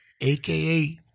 aka